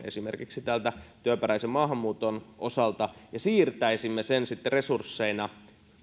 esimerkiksi työperäisen maahanmuuton osalta ja siirtäisimme sen sitten resursseina